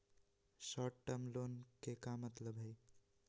Short term loan के का मतलब हई?